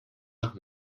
nach